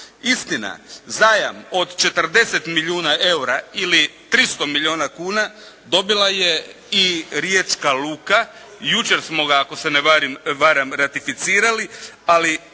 Istina, zajam od 40 milijuna eura ili 300 milijuna kuna dobila je i Riječka luka. Jučer smo ga ako se ne varam ratificirali. Ali